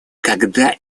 когда